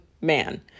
man